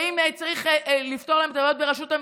אם צריך לפתור להם את הבעיות ברשות המיסים,